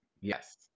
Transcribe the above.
Yes